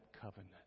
covenant